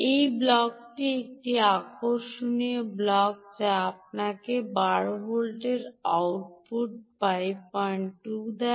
এই ব্লকটি একটি আকর্ষণীয় ব্লক যা আপনাকে 12 ভোল্ট আউটপুটে 52 দেয়